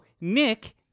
Nick